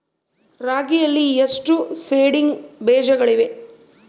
ರಾಗಿಯಲ್ಲಿ ಎಷ್ಟು ಸೇಡಿಂಗ್ ಬೇಜಗಳಿವೆ?